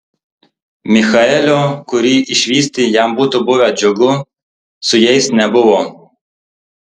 michaelio kurį išvysti jam būtų buvę džiugu su jais nebuvo